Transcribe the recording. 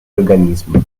organismi